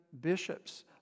bishops